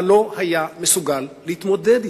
אבל לא היה מסוגל להתמודד אתם.